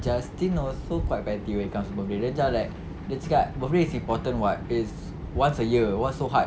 justin also quite petty when it comes to birthday dia macam like dia cakap birthday is important [what] it's once a year what so hard